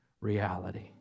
reality